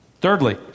Thirdly